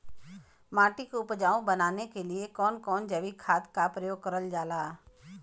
माटी के उपजाऊ बनाने के लिए कौन कौन जैविक खाद का प्रयोग करल जाला?